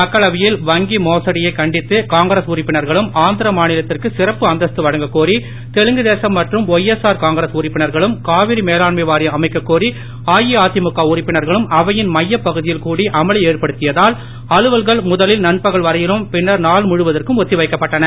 மக்களவையில் வங்கி மோசடி யைக் கண்டித்து காங்கிரஸ் உறுப்பினர்களும் ஆந்திர மாநிலத்திற்கு சிறப்பு அந்தஸ்து வழங்கக்கோரி தெலுங்கு தேசம் மற்றும் ஒஎஸ்ஆர் காங்கிரஸ் உறுப்பினர்களும் காவிரி மேலாண்மை வாரியம் அமைக்கக் கோரி அஇஅதிமுக உறுப்பினர்களும் அவையின் மைய பகுதியில் கூடி அமளி ஏற்படுத்தியதால் அலுவல்கள் முதலில் நண்பகல் வரையிலும் பின்னர் நான் முழுவதற்கும் ஒத்திவைக்கப்பட்டன